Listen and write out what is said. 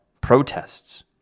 protests